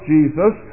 Jesus